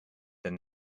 than